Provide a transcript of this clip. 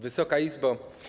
Wysoka Izbo!